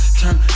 turn